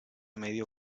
medio